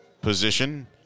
position